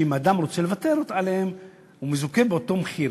שאם אדם רוצה לוותר עליהם הוא מזוכה באותו מחיר,